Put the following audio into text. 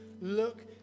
Look